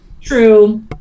true